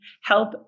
help